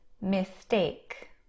mistake